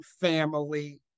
family